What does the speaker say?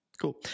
Cool